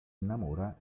innamora